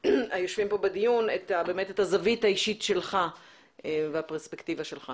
פה בדיון את הזווית האישית שלך והפרספקטיבה שלך.